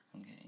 Okay